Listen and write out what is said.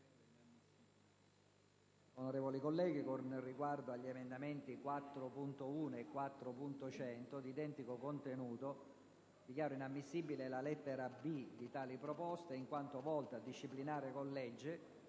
emendamenti. Con riguardo agli emendamenti 4.1 e 4.100, di identico contenuto, dichiaro inammissibile la lettera *b)* di tali proposte, in quanto volta a disciplinare, con legge,